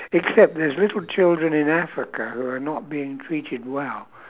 except there's little children in africa who are not being treated well